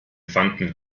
fanden